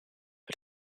but